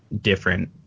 different